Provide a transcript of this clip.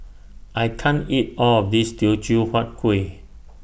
I can't eat All of This Teochew Huat Kuih